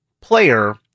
player